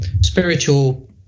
spiritual